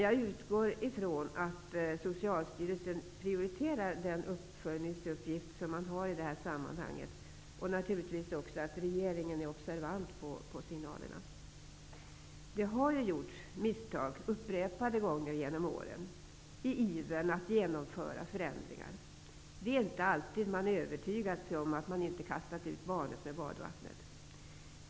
Jag utgår dock från att Socialstyrelsen prioriterar den uppföljningsuppgift som man har i det här sammanhanget liksom naturligtvis från att regeringen är observant på signalerna. Det har genom åren gjorts misstag upprepade gånger i ivern att genomföra förändringar. Det är inte alltid man övertygat sig om att man inte kastat ut barnet med badvattnet.